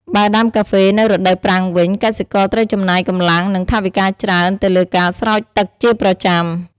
បើដាំកាហ្វេ នៅរដូវប្រាំងវិញ កសិករត្រូវចំណាយកម្លាំង និងថវិកាច្រើនទៅលើការស្រោចទឹកជាប្រចាំ។